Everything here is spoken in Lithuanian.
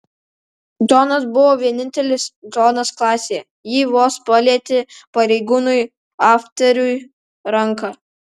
džonas buvo vienintelis džonas klasėje ji vos palietė pareigūnui afteriui ranką